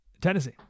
Tennessee